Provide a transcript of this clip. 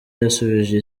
yasubije